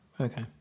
okay